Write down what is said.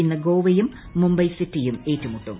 ഇന്ന് ഗോവയും മുംബൈ സിറ്റിയും ഏറ്റുമുട്ടും